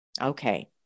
Okay